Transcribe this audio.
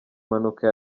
mpanuka